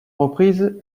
reprises